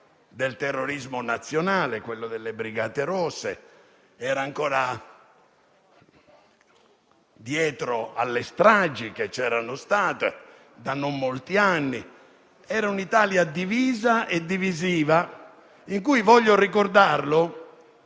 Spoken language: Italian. del terrorismo nazionale, quello delle Brigate rosse, ed era ancora dietro alle stragi che si erano verificate da non molti anni. Era un'Italia divisa e divisiva in cui - voglio ricordare